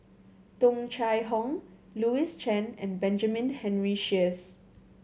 Tung Chye Hong Louis Chen and Benjamin Henry Sheares